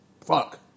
Fuck